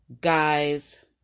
guys